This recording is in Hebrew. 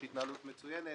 שהיא התנהלות מצוינת,